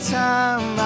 time